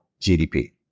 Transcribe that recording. GDP